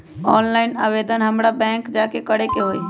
Online आवेदन हमरा bank जाके करे के होई?